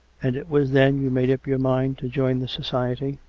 and it was then you made up your mind to join the society?